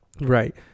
right